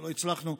לא הצלחנו,